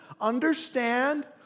understand